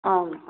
आं